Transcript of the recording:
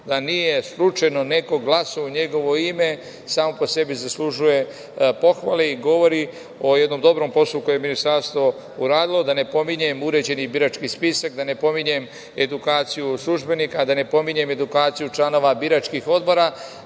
da nije slučajno neko glasao u njegovo ime sama po sebi zaslužuje pohvale i govori o jednom dobrom poslu koji je Ministarstvo uradilo, da ne pominjem uređeni birački spisak, da ne pominjem edukaciju službenika, da ne pominjem edukaciju članova biračkih odbora. Hoću